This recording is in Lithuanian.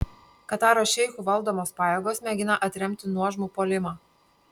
kataro šeichų valdomos pajėgos mėgina atremti nuožmų puolimą